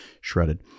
shredded